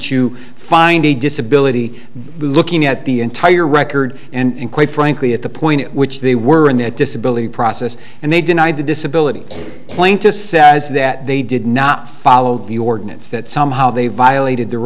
to find a disability looking at the entire record and quite frankly at the point in which they were in the disability process and they denied the disability claim to says that they did not follow the ordinance that somehow they violated their